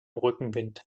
rückenwind